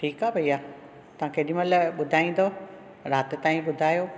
ठीकु आ भैया तव्हां केॾी महिल ॿुधाईंदव राति ताईं ॿुधायो